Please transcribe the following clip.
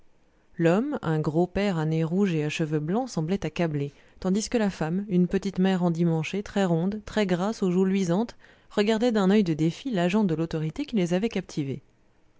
l'homme un gros père à nez rouge et à cheveux blancs semblait accablé tandis que la femme une petite mère endimanchée très ronde très grasse aux joues luisantes regardait d'un oeil de défi l'agent de l'autorité qui les avait captivés